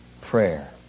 Prayer